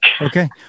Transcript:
okay